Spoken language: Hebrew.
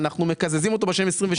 אנחנו מקזזים אותו בשנים 26',